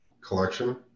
collection